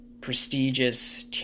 prestigious